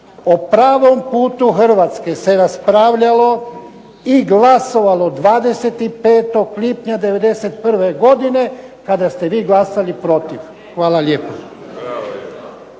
O pravom putu Hrvatske se raspravljalo i glasovalo 25. lipnja '91. godine kada ste vi glasali protiv. Hvala lijepo.